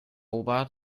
ober